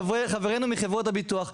חברינו מחברות הביטוח,